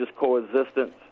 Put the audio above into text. coexistence